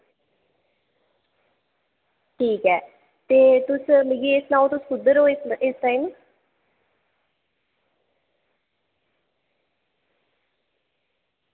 ते ठीक ऐ तुस मिगी सनाओ तुस कुद्धर ओ इस टाईम